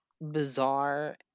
bizarre